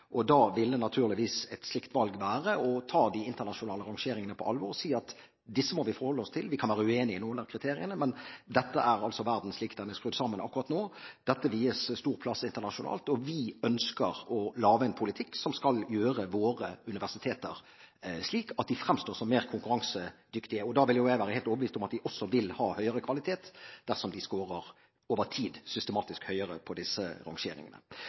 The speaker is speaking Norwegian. valg. Da ville naturligvis et slikt valg være å ta de internasjonale rangeringene på alvor og si at disse må vi forholde oss til. Vi kan være uenig i noen av kriteriene, men dette er verden slik den er skrudd sammen akkurat nå. Dette vies stor plass internasjonalt, og vi ønsker å lage en politikk som skal gjøre våre universiteter slik at de fremstår som mer konkurransedyktige. Jeg vil være helt overbevist om at de også vil ha høyere kvalitet dersom de over tid scorer systematisk høyere på disse rangeringene.